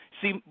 See